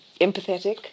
empathetic